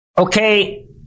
okay